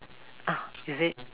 oh is it